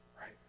Right